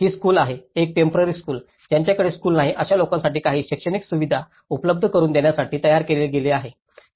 ही school आहे एक temporary school ज्याच्याकडे स्कूल नाही अशा लोकांसाठी काही शैक्षणिक सुविधा उपलब्ध करुन देण्यासाठी तयार केले गेले आहे